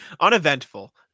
Uneventful